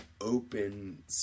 open